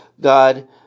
God